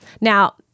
Now